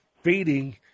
feeding